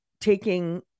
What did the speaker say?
taking